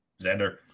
Xander